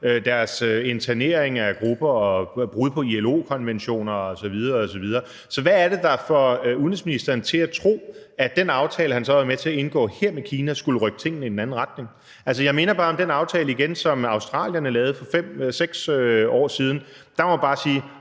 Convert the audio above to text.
deres internering af grupper og brud på ILO-konventioner osv. osv., så hvad er det, der får udenrigsministeren til at tro, at den aftale, han så har været med til at indgå her med Kina, skulle rykke tingene i den anden retning i? Jeg minder bare igen om den aftale, som australierne lavede for 5-6 år siden. Der må man bare sige,